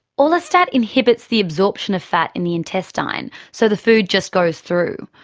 orlistat inhibits the absorption of fat in the intestine, so the food just goes through.